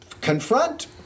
confront